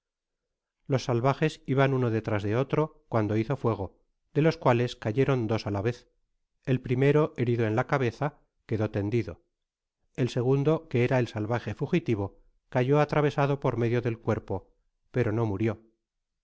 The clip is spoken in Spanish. los salvajes iban uno detras de otro cuando hizo fueo de los cuales cayeron dos á la vez el primero herido eu la cabeza quedó tendido el segundo que era el salvaje fugitivo cayó atravesado por medio del cuerpo pero no murió